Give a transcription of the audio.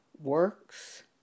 works